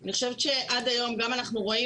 אני חושבת שעד היום אנחנו רואים